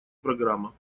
программа